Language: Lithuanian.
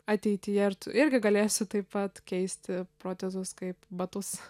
ateityje ir t irgi galėsiu taip pat keisti protezus kaip batus